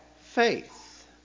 faith